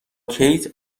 کیت